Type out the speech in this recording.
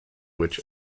which